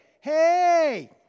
hey